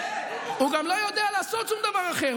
הוא גם לא יודע לעשות שום דבר אחר.